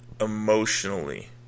emotionally